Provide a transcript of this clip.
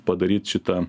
padaryt šitą